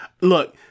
look